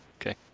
okay